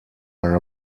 are